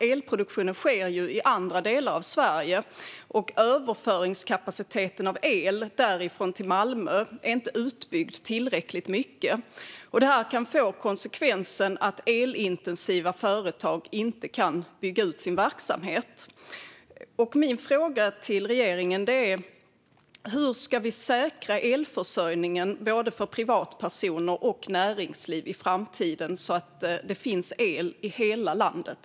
Elproduktionen sker i andra delar av Sverige, och kapaciteten för överföring av el därifrån till Malmö är inte tillräckligt utbyggd. Det kan få konsekvensen att elintensiva företag inte kan bygga ut sin verksamhet. Min fråga till regeringen är: Hur ska vi säkra elförsörjningen för både privatpersoner och näringsliv i framtiden, så att det finns el i hela landet?